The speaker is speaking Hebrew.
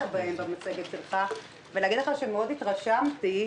בהם במצגת שלך ולהגיד לך שמאוד התרשמתי,